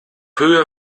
höhe